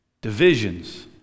Divisions